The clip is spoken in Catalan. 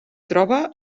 troba